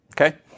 Okay